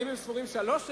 האם הם ספורים שלוש שנים?